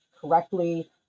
correctly